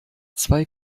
zwei